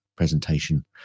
presentation